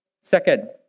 Second